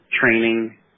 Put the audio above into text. training